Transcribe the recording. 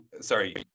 sorry